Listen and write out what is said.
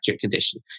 condition